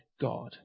God